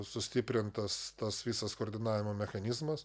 sustiprintas tas visas koordinavimo mechanizmas